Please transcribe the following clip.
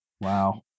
Wow